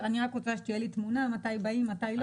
אני רק רוצה שתהיה לי תמונה מתי באים ומתי לא.